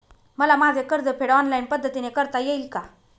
मला माझे कर्जफेड ऑनलाइन पद्धतीने करता येईल का?